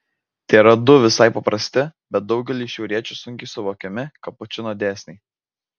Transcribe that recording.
tėra du visai paprasti bet daugeliui šiauriečių sunkiai suvokiami kapučino dėsniai